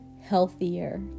healthier